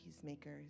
peacemakers